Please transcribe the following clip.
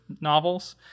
novels